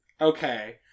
Okay